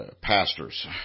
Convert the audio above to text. pastors